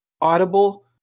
Audible